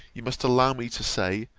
you must allow me to say,